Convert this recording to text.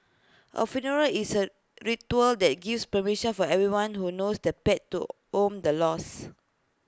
A funeral is A ritual that gives permission for everyone who knows the pet to own the loss